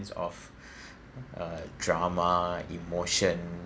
is of a drama emotion